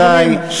רבותי.